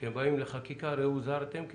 כשהם באים לחקיקה, ראו, הוזהרתם.